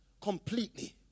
completely